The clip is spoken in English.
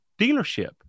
dealership